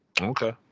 Okay